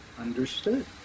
Understood